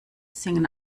singen